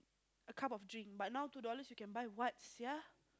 a cup of drink but now two dollars you can buy what sia